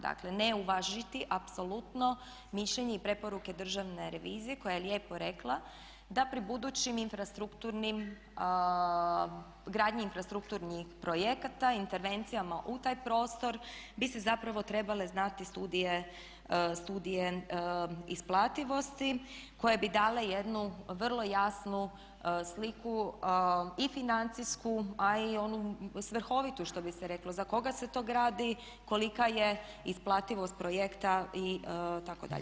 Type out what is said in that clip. Dakle, ne uvažiti apsolutno mišljenje i preporuke Državne revizije koja je lijepo rekla da pri budućim infrastrukturnim gradnji infrastrukturnih projekata intervencijama u taj prostor bi se zapravo trebale znati studije isplativosti koje bi dale jednu vrlo jasnu sliku i financijsku, a i onu svrhovitu što bi se reklo za koga se to gradi, kolika je isplativost projekta itd.